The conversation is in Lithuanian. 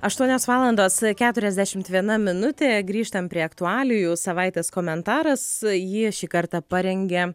aštuonios valandos keturiasdešimt viena minutė grįžtam prie aktualijų savaitės komentaras jį šį kartą parengė